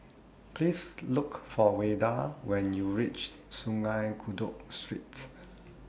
Please Look For Wayde when YOU REACH Sungei Kadut Street